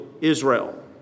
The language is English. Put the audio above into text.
Israel